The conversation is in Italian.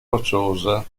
rocciosa